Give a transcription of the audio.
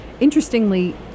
interestingly